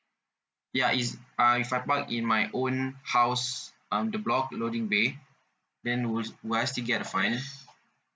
ya it's uh if I park in my own house um the block loading bay then would would I still get a fine